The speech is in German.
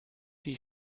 die